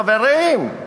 חברים.